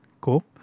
cool